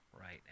Right